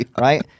right